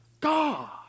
God